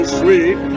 sweet